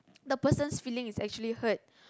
the person's feeling is actually hurt